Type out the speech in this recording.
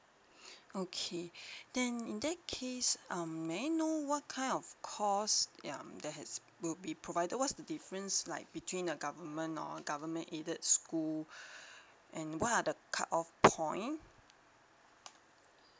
okay then in that case um may I know what kind of course yeah they have would be provided what's the difference like between the government or government aided school and what are the cut off point